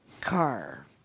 car